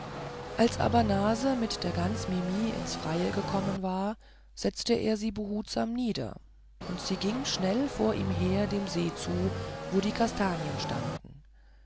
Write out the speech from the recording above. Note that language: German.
als aber nase mit der gans mimi ins freie gekommen war setzte er sie behutsam nieder und sie ging schnell vor ihm her dem see zu wo die kastanien standen